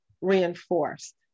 reinforced